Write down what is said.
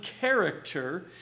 character